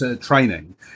training